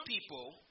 people